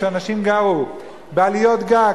שאנשים גרו בעליות גג,